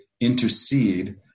intercede